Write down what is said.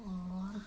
और